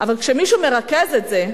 אבל כשמישהו מרכז את זה.